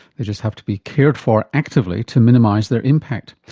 they just have to be cared for actively to minimise their impact.